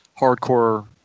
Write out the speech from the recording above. hardcore